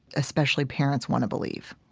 especially parents, want to believe.